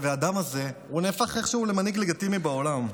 והאדם הזה נהפך איכשהו למנהיג לגיטימי בעולם.